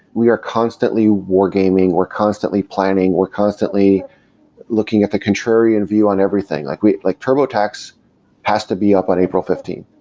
we are constantly wargaming, we're constantly planning, we're constantly looking at the contrarian view on everything like like turbotax has to be up on april fifteen.